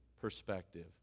perspective